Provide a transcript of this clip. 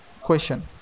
question